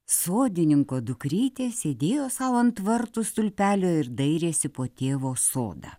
sodininko dukrytė sėdėjo sau ant vartų stulpelio ir dairėsi po tėvo sodą